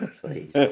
Please